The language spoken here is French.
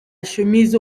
chemise